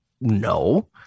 No